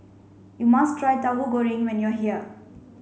you must try Tauhu Goreng when you are here